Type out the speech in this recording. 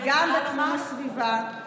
וגם בתחום הסביבה.